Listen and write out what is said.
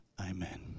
amen